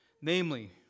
Namely